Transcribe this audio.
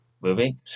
movie